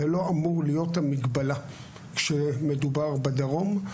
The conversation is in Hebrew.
זה לא אמור להיות המגבלה כשמדובר בדרום.